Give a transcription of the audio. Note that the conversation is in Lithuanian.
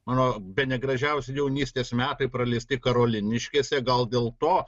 mano bene gražiausi jaunystės metai praleisti karoliniškėse gal dėl to